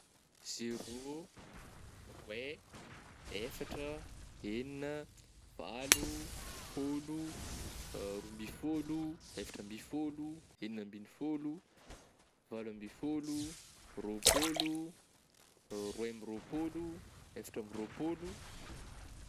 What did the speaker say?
Zero, roe, efatra, enina, valo, fôlo, roa mby fôlo, efatra amby fôlo, enina ambin'ny fôlo, valo amby fôlo, rôpôlo, roe amby rôpôlo, efatra amby rôpôlo.